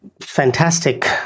fantastic